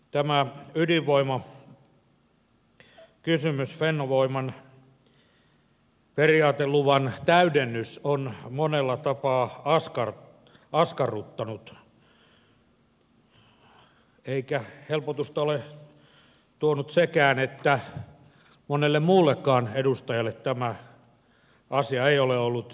tämä ydinvoimakysymys fennovoiman periaateluvan täydennys on monella tapaa askarruttanut eikä helpotusta ole tuonut sekään että monelle muullekaan edustajalle tämä asia ei ole ollut helppoa